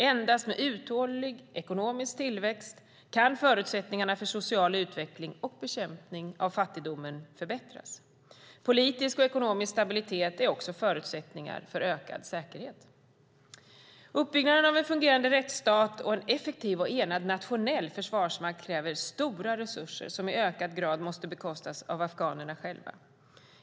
Endast med uthållig ekonomisk tillväxt kan förutsättningarna för social utveckling och bekämpning av fattigdomen förbättras. Politisk och ekonomisk stabilitet är också förutsättningar för ökad säkerhet. Uppbyggnaden av en fungerande rättsstat och en effektiv och enad nationell försvarsmakt kräver stora resurser som i ökad grad måste bekostas av afghanerna själva.